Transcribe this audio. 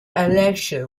election